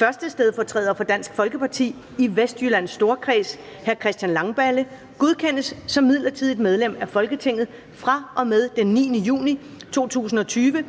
at 1. stedfortræder for Dansk Folkeparti i Vestjyllands Storkreds, Christian Langballe, godkendes som midlertidigt medlem af Folketinget fra og med den 9. juni 2020